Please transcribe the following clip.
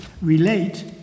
relate